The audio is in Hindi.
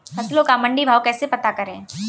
फसलों का मंडी भाव कैसे पता करें?